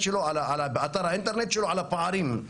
באתר האינטרנט שלו על הפערים.